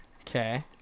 okay